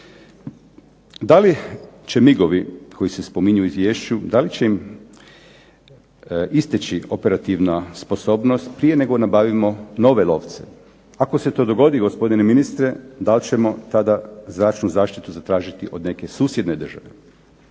Da li će migovi koji se spominju u izvješću, da li će im isteći operativna sposobnost prije nego nabavimo nove lovce? Ako se to dogodi gospodine ministre, da li ćemo tada zračnu zaštitu zatražiti od neke susjedne države?